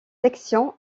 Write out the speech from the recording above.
section